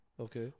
Okay